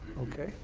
okay,